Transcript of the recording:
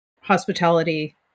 Hospitality